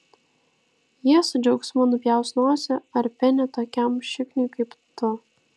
jie su džiaugsmu nupjaus nosį ar penį tokiam šikniui kaip tu